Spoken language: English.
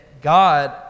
God